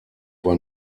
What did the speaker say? war